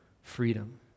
freedom